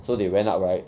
so they went up right